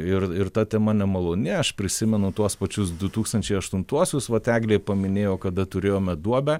ir ir ta tema nemaloni aš prisimenu tuos pačius du tūkstančiai aštuntuosius vat eglė paminėjo kada turėjome duobę